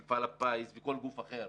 מפעל הפיס וכל גוף אחר,